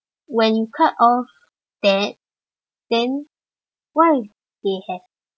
when you cut off that then why they have